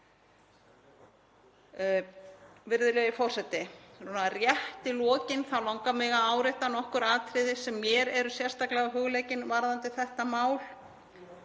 Virðulegi forseti. Rétt í lokin þá langar mig að árétta nokkur atriði sem mér eru sérstaklega hugleikin varðandi þetta mál.